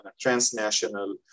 transnational